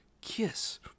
Kiss